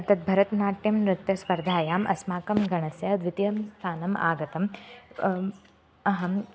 तद् भरतनाट्यं नृत्यस्पर्धायाम् अस्माकं गणस्य द्वितीयं स्थानम् आगतम् अहम्